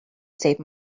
save